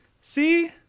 see